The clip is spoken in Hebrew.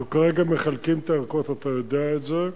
אנחנו כרגע מחלקים את הערכות, אתה יודע את זה.